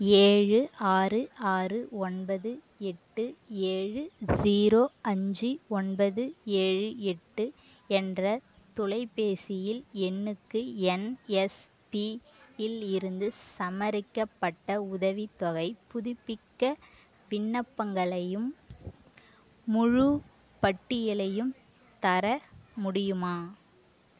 ஏழு ஆறு ஆறு ஒன்பது எட்டு ஏழு ஸீரோ அஞ்சு ஒன்பது ஏழு எட்டு என்ற தொலைபேசியில் எண்ணுக்கு என்எஸ்பியில் இருந்து சமரிக்கப்பட்ட உதவித்தொகை புதுப்பிக்க விண்ணப்பங்களையும் முழுப்பட்டியலையும் தர முடியுமா